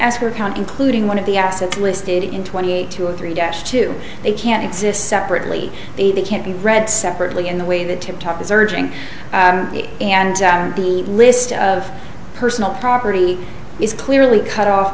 account including one of the assets listed in twenty eight two of three dash two they can't exist separately they they can't be read separately in the way the tiptop is urging and the list of personal property is clearly cut off